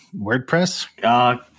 WordPress